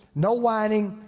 no whining,